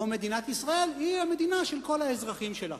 או שמדינת ישראל היא המדינה של כל האזרחים שלה.